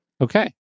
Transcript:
Okay